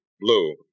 blue